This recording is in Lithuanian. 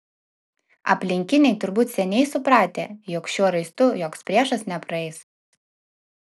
aplinkiniai turbūt seniai supratę jog šiuo raistu joks priešas nepraeis